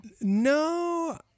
No